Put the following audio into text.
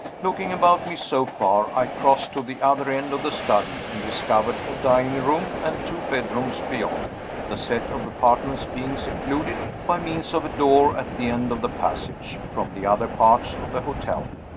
looking about me, so far, i crossed to the other end of the study, and discovered a dining-room and two bedrooms beyond the set of apartments being secluded, by means of a door at the end of the passage, from the other parts of the hotel.